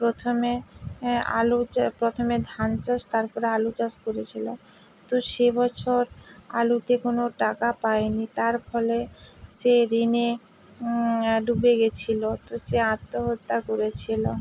প্রথমে আলু চা প্রথমে ধান চাষ তারপরে আলু চাষ করেছিলো তো সে বছর আলুতে কোনো টাকা পায়নি তার ফলে সে ঋণে ডুবে গিয়েছিলো তো সে আত্মহত্যা করেছিলো